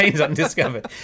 undiscovered